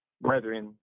Brethren